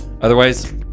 Otherwise